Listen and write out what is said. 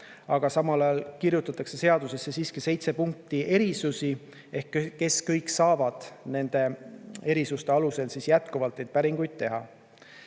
aga samal ajal kirjutatakse seadusesse siiski seitse punkti erisusi ehk kes kõik saavad nende erisuste alusel jätkuvalt neid päringuid teha.